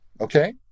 okay